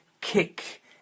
kick